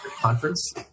conference